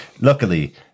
luckily